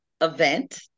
event